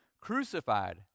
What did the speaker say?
crucified